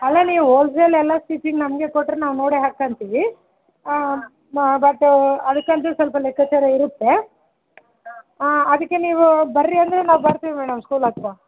ಅಲ್ಲ ನೀವು ಓಲ್ಸೇಲ್ ಎಲ್ಲ ಸ್ವಿಚಿಂಗ್ ನಮಗೆ ಕೊಟ್ಟರೆ ನಾವು ನೋಡೇ ಹಾಕ್ಕೊಂತೀವಿ ಮ ಬಟ್ ಅದಕ್ಕಂತ ಸ್ವಲ್ಪ ಲೆಕ್ಕಾಚಾರ ಇರುತ್ತೆ ಅದಕ್ಕೆ ನೀವು ಬನ್ರಿ ಅಂದರೆ ನಾವು ಬರ್ತೀವಿ ಮೇಡಮ್ ಸ್ಕೂಲ್ ಹತ್ತಿರ